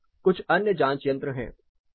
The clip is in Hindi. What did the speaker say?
कुछ अन्य जांच यंत्र हैं